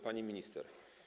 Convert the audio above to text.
Pani Minister!